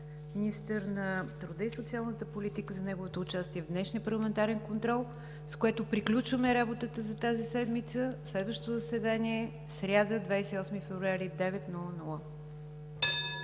министър на труда и социалната политика, за неговото участие в днешния парламентарен контрол, с което приключваме работата за тази седмица. Следващото заседание ще бъде в сряда, 28 февруари 2018